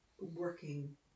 working